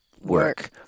work